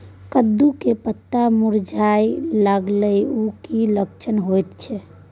कद्दू के पत्ता मुरझाय लागल उ कि लक्षण होय छै?